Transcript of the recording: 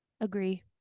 Agree